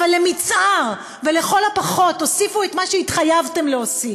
אבל למצער ולכל הפחות תוסיפו את מה שהתחייבתם להוסיף.